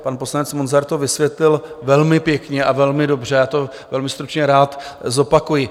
Pan poslanec Munzar to vysvětlil velmi pěkně a velmi dobře, já to velmi stručně rád zopakuji.